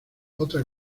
otra